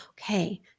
okay